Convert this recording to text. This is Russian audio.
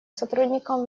сотрудников